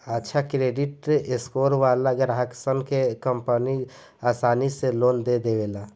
अच्छा credit score वालन ग्राहकसन के कंपनि आसानी से लोन दे देवेले